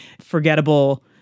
forgettable